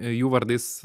jų vardais